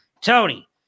Tony